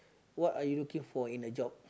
what are you looking for in a job